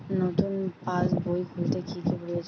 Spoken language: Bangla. নতুন পাশবই খুলতে কি কি প্রয়োজন?